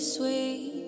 sweet